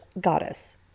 goddess